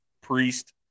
Priest